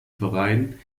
verein